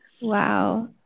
Wow